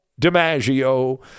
DiMaggio